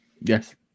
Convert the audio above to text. Yes